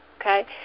okay